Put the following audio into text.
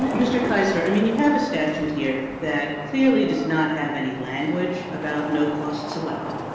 mr. keisler, i mean, you have a statute here that clearly does not have any language about no costs allowed,